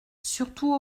surtout